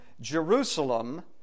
Jerusalem